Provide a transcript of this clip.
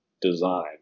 design